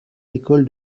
l’école